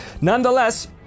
Nonetheless